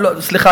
סליחה,